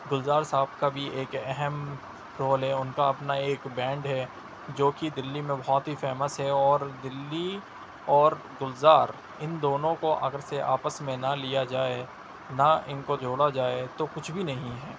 گلزار صاحب کا بھی ایک اہم رول ہے ان کا اپنا ایک بینڈ ہے جو کہ دلی میں بہت ہی فیمس ہے اور دلی اور گلزار ان دونوں کو اگر سے آپس میں نہ لیا جائے نہ ان کو جوڑا جائے تو کچھ بھی نہیں ہے